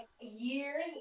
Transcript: years